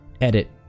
Edit